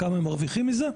כמה הם מרוויחים מזה.